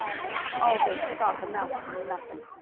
all this talk amounts to nothing,